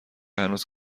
هنوز